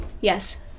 Yes